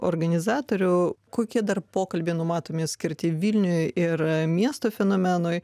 organizatorių kokie dar pokalbiai numatomi skirti vilniui ir miesto fenomenui